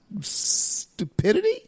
stupidity